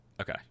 Okay